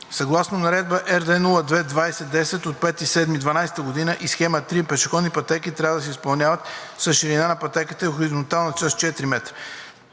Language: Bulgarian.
Съгласно Наредба № РД-02-20-10 от 05.07.2012 г. и Схема 3 пешеходните пътеки трябва да се изпълнят с ширина на пътеката (хоризонтална част) –